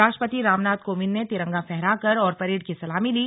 राष्ट्रपति रामनाथ कोविन्द ने तिरंगा फहराया और परेड की सलामी ली